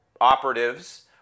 operatives